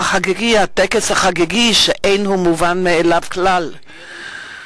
ומהטקס החגיגי, שאין הוא מובן מאליו כלל וכלל,